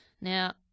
Now